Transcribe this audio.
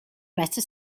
meta